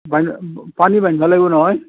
পানী মাৰিব লাগিব নহয়